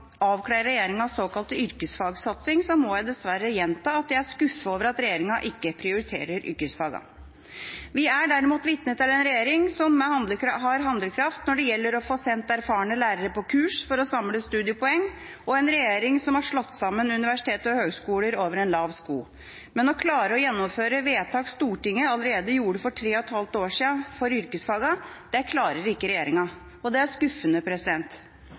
regjeringas såkalte yrkesfagssatsing, må jeg dessverre gjenta at jeg er skuffet over at regjeringa ikke prioriterer yrkesfagene. Vi er derimot vitne til en regjering som har handlekraft når det gjelder å få sendt erfarne lærere på kurs for å samle studiepoeng, og en regjering som har slått sammen universitet og høgskoler over en lav sko. Men å klare å gjennomføre vedtak Stortinget gjorde allerede for tre og et halvt år siden for yrkesfagene, klarer ikke regjeringa. Det er skuffende.